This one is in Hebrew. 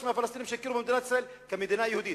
מהפלסטינים שיכירו במדינת ישראל כמדינה יהודית,